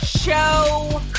show